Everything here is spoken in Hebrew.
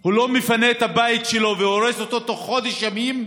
הוא לא מפנה את הבית שלו והורס אותו תוך חודש ימים,